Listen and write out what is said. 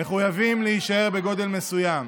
מחויבים להישאר בגודל מסוים.